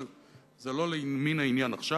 אבל זה לא ממין העניין עכשיו.